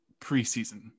preseason